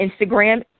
Instagram